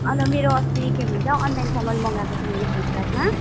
अन्त मेरो अस्ति के भन्छ अनलाइन सामान मगाएको थिएँ मैले फ्लिपकार्टमा